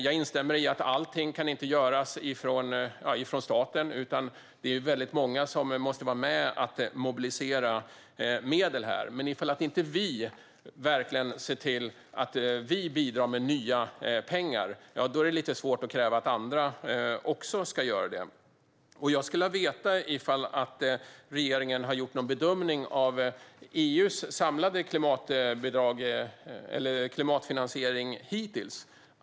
Jag instämmer i att allting inte kan göras från statens sida, utan väldigt många måste vara med för att mobilisera medel. Men om inte vi ser till att bidra med nya pengar är det svårt att kräva att andra ska göra det. Jag skulle vilja veta om regeringen har gjort någon bedömning av EU:s samlade klimatbidrag och finansiering hittills.